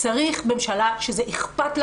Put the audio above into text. צריך ממשלה שזה אכפת לה,